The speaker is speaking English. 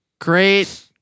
Great